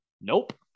nope